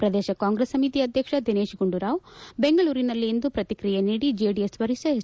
ಪ್ರದೇಶ ಕಾಂಗ್ರೆಸ್ ಸಮಿತಿ ಆಧ್ಯಕ್ಷ ದಿನೇಶ್ ಗುಂಡೂರಾವ್ ಬೆಂಗಳೂರಿನಲ್ಲಿಂದು ಪ್ರತಿಕ್ರಿಯೆ ನೀಡಿ ಜೆಡಿಎಸ್ ವರಿಷ್ಠ ಎಚ್